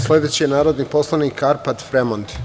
Sledeći, narodni poslanik Arpad Fremond.